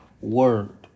word